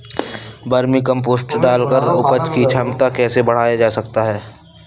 Vermi compost डालकर उपज की क्षमता को कैसे बढ़ाया जा सकता है?